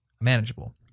manageable